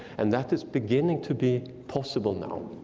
and that is beginning to be possible now.